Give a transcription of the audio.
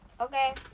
Okay